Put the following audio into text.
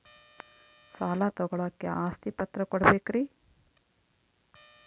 ಸಾಲ ತೋಳಕ್ಕೆ ಆಸ್ತಿ ಪತ್ರ ಕೊಡಬೇಕರಿ?